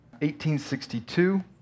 1862